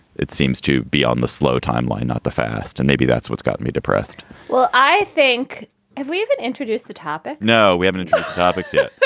it seems to be on the slow timeline, not the fast. and maybe that's what's got me depressed well, i think if we even introduced the topic. no, we haven't topics yet.